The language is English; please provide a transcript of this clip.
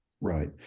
right